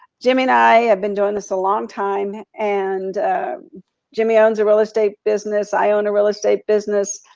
jimmy and i have been doing this a long time, and jimmy owns a real estate business, i own a real estate business.